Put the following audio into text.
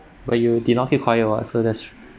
but you did not keep quiet [what] so that shou~